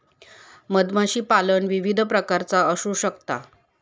मधमाशीपालन विविध प्रकारचा असू शकता